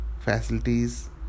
facilities